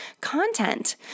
content